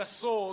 גסות,